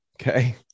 Okay